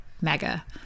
mega